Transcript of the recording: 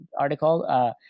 article